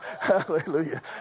Hallelujah